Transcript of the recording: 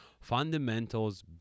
fundamentals